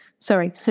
Sorry